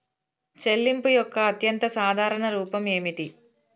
చెల్లింపు యొక్క అత్యంత సాధారణ రూపం ఏమిటి?